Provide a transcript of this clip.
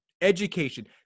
education